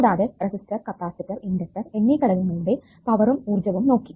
കൂടാതെ resistor capacitor inductor എന്നീ ഘടകങ്ങളുടെ പവറും ഊർജ്ജവും നോക്കി